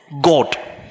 God